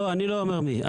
לא, אני לא אומר מי.